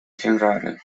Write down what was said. ciężary